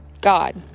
God